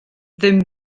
ddim